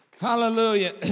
Hallelujah